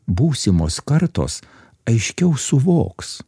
būsimos kartos aiškiau suvoks